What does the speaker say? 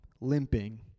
limping